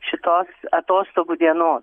šitos atostogų dienos